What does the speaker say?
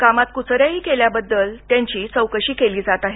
कामात कुचराई केल्याबद्दल त्यांची चौकशी केली जात आहे